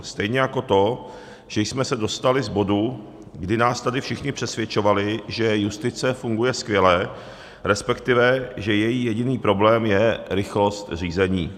Stejně jako to, že jsme se dostali z bodu, kdy nás tady všichni přesvědčovali, že justice funguje skvěle, respektive že její jediný problém je rychlost řízení.